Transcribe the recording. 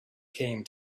came